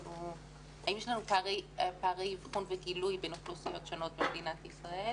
האם יש לנו פערי אבחון וגילוי בין אוכלוסיות שונות במדינת ישראל